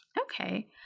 Okay